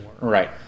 Right